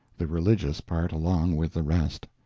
the religious part along with the rest.